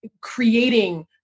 creating